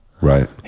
Right